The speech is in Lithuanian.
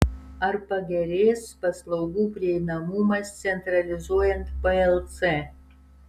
ar pagerės paslaugų prieinamumas centralizuojant plc